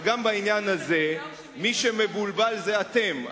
אבל גם בעניין הזה, מי שמבולבל זה אתם.